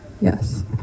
yes